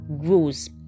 grows